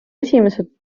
esimesed